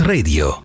Radio